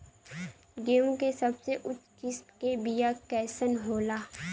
गेहूँ के सबसे उच्च किस्म के बीया कैसन होला?